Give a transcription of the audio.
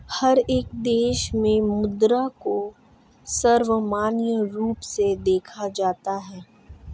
हर एक देश में मुद्रा को सर्वमान्य रूप से देखा जाता है